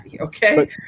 okay